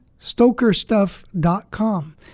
stokerstuff.com